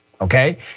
okay